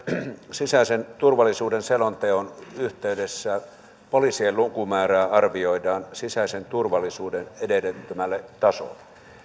sisäisen turvallisuuden selonteon yhteydessä poliisien lukumäärää arvioidaan sisäisen turvallisuuden edellyttämälle tasolle